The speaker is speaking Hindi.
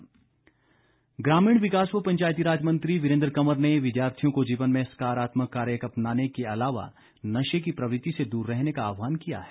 वीरेन्द्र कंवर ग्रामीण विकास व पंचायतीराज मंत्री वीरेन्द्र कंवर ने विद्यार्थियों को जीवन में सकारात्मक कार्य अपनाने के अलावा नशे की प्रवृति से दूर रहने का आहवान किया है